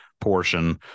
portion